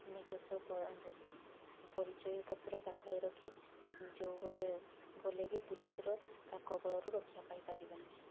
ନିଜସ୍ଵ ପରିଚୟ ପତ୍ର ପାଖରେ ରଖି ଯେଉଁ ପଟେ ଗଲେ ବି ପୋଲିସ୍ର କବଳରୁ ରକ୍ଷା ପାଇପାରିବା ଆମେ